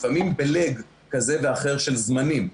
לפעמים ב-Leg כזה ואחר של זמנים.